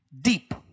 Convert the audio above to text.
Deep